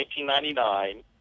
1999